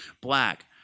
black